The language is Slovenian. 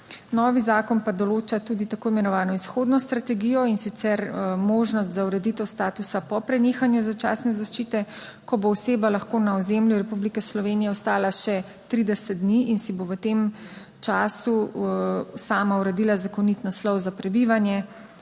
Novi zakon pa določa tudi tako imenovano izhodno strategijo, in sicer možnost za ureditev statusa po prenehanju začasne zaščite, ko bo oseba lahko na ozemlju Republike Slovenije ostala še 30 dni in si bo v tem času sama uredila zakonit naslov za prebivanje,